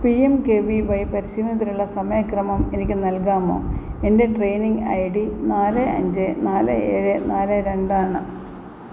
P M K V Y പരിശീലനത്തിനുള്ള സമയക്രമം എനിക്ക് നൽകാമോ എന്റെ ട്രെയിനിങ് ഐ ഡി നാല് അഞ്ച് നാല് ഏഴ് നാല് രണ്ട് ആണ്